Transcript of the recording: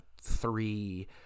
three